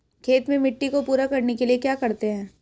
खेत में मिट्टी को पूरा करने के लिए क्या करते हैं?